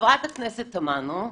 חברת הכנסת תמנו,